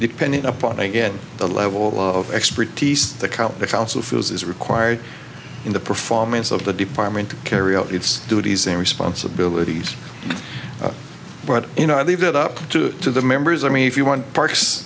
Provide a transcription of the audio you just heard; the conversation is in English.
depending upon again the level of expertise the count the council feels is required in the performance of the department to carry out its duties and responsibilities but you know i leave that up to the members i mean if you want parks